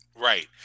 Right